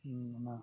ᱚᱱᱟ